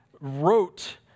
wrote